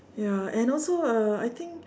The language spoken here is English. ya and also uh I think